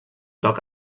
toc